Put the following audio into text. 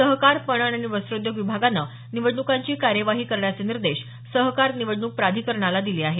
सहकार पणन आणि वस्त्रोद्योग विभागानं निवडणुकांची कार्यवाही करण्याचे निर्देश सहकार निवडणूक प्राधिकरणाला दिले आहेत